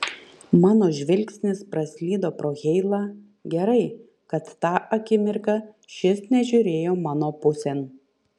mano žvilgsnis praslydo pro heilą gerai kad tą akimirką šis nežiūrėjo mano pusėn